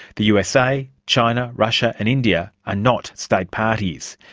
the usa, china, russia and india are not state parties.